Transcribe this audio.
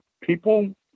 people